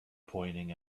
pointed